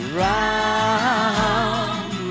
round